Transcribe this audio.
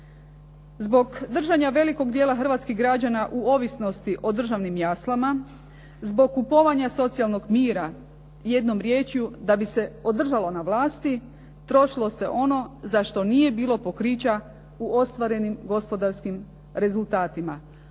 Zbog držanja velikog dijela hrvatskih građana u ovisnosti o državnim …/Govornik se ne razumije./… zbog kupovanja socijalnog mira, jednom riječju da bi se održalo na vlasti, trošilo se ono za što nije bilo pokrića u ostvarenim gospodarskim rezultatima